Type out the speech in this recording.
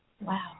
Wow